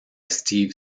steve